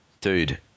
dude